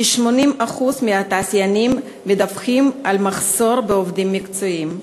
כ-80% מהתעשיינים מדווחים על מחסור בעובדים מקצועיים.